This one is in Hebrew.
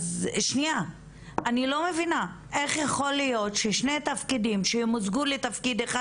אני לא מבינה איך יכול להיות ששני תפקידים שמוזגו לתפקיד אחד,